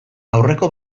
aurreko